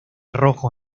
rojo